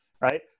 right